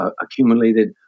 accumulated